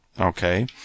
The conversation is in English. okay